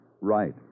right